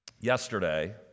Yesterday